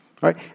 Right